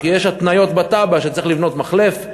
כי יש התניות בתב"ע שצריך לבנות מחלף,